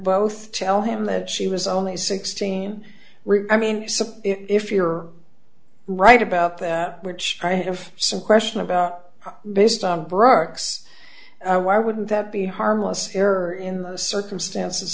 both tell him that she was only sixteen i mean if you're right about that which i have some question about based on brooks why wouldn't that be harmless error in the circumstances